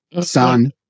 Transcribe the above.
son